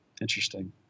Interesting